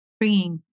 bringing